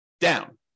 down